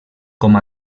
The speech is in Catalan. com